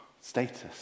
status